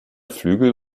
flügel